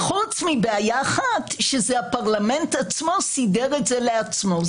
חוץ מבעיה אחת שזה הפרלמנט עצמו סידר את זה לעצמו.